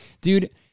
Dude